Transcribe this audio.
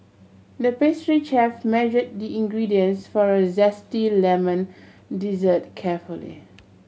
the pastry chef measured the ingredients for a zesty lemon dessert carefully